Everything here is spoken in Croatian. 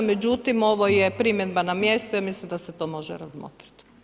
Međutim, ovo je primjedba na mjestu, ja mislim da se to može razmotriti.